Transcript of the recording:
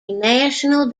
national